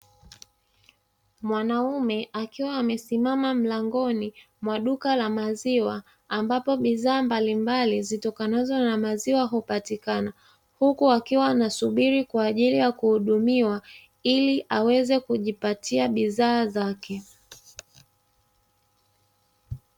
Mwanaume akiwa amesimama mlangoni mwa duka la maziwa ambapo bidhaa mbalimbali zitokanazo na maziwa hupatikana, huku akiwa anasubiri kwa ajili ya kuhudumiwa ili aweze kujipatia bidhaa zake.